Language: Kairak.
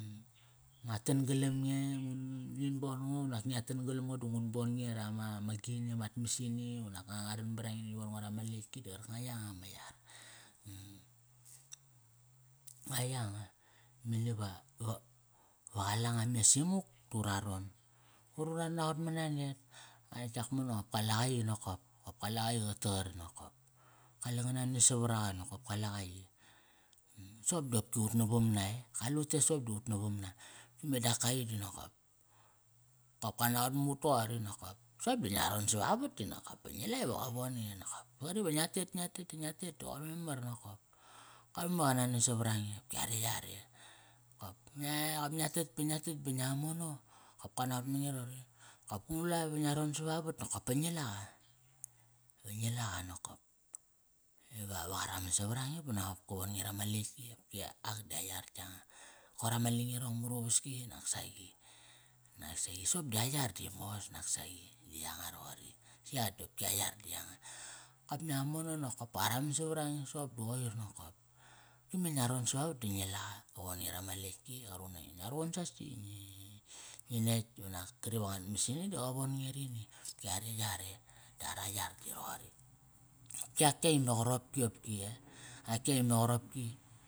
Ngua tan galam nge ngun, ngin bon ngo unak ngia tan galam ngo da ngun bon nge rama, ma gini amat mas ini, unak ngua ran barange di ngi von ngo rama letk ki di qarka nga yanga ma yar Nga yanga, mani va, va, va qalanga mos imuk turaron. Qoir ura naqot mana net. Ai yak mono, nop kalaqa i nokop. Qop kalaqa i qa taqar nokop. Kale ngan na nas savaraqa nokop kalaqa i Soqop dopki ut navam na e, kale ut te soqop di ut navam na. Ki me da ak kai di nokop, kop ka naqot ma ut toqori nokop. Soqop di ngia ron savavat di nokop pa ngi la iva qa von nge nokop. Qari ve ngia tet, ngia te ta ngia tet ta qoir memar nokop. Koir memar iva qana nas savarange. Ki are yare. Kop ngia, qop ngia tet ba ngia tet ba ngia mono. Kop ka naqot mange roqori, kop ka naqot mange roqori, kop ngula ve ngia ron savavat, nokop pe ngi la qa Ve ngi la qa nokop iva, va qa raman savarange ba nop ka von nge rama letk ki. Di ak di a yar yanga. Koir ama ling i rong mar uvaski nak saqi. Nak saqi soqop di a yar di mos nak saqi. Di yanga roqori Si ak di opki a yar di yanga. Kop ngia mono nokop pa qa raman savarange. Soqop di qoir nokop. Ki me ngia ron savavat di ngi laqa. Ka von nge rama letk ki, qa ruqun nange i ngia ruqun sasi Ngi netk unak kari va ngat mas ini di qa von nge rini. Opki are yare, di ara yar di roqori Ki ak kai me qaropki e? Ak kai me qaropki.